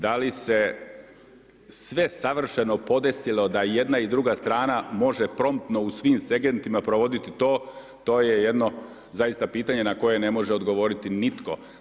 Da li se sve savršeno podesilo da jedna i druga strana može promptno u svim segmentima provoditi to, to je jedno zaista pitanje na koje ne može odgovoriti nitko.